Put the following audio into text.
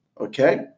okay